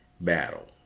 battle